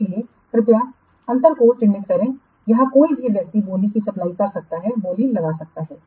इसलिए कृपया अंतर को चिह्नित करें यहां कोई भी व्यक्ति बोली की सप्लाई कर सकता है बोली लगा सकता है